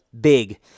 Big